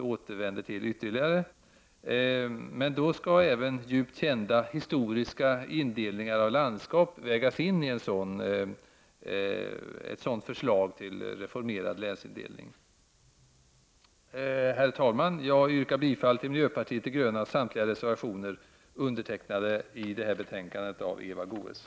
Även den djupt kända historiska indelningen av landskap skall vägas in i ett sådant förslag till reformerad länsindelning. Herr talman! Jag yrkar bifall till miljöpartiet de grönas samtliga reservationer i detta betänkande undertecknade av Eva Goéös.